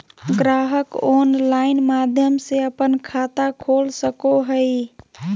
ग्राहक ऑनलाइन माध्यम से अपन खाता खोल सको हइ